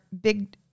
big